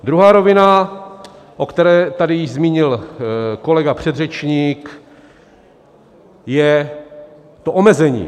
Druhá rovina, o které se tady již zmínil kolega předřečník, je to omezení.